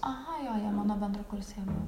aha jo jie mano bendrakursiai abu